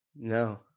No